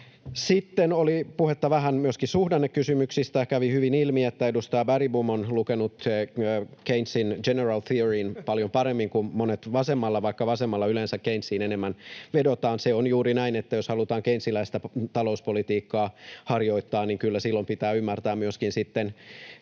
Sitten oli puhetta vähän myöskin suhdannekysymyksistä, ja kävi hyvin ilmi, että edustaja Bergbom on lukenut Keynesin General Theoryn paljon paremmin kuin monet vasemmalla, vaikka vasemmalla yleensäkin Keynesiin enemmän vedotaan. Se on juuri näin, että jos halutaan keynesiläistä talouspolitiikkaa harjoittaa, niin kyllä silloin pitää ymmärtää myöskin siellä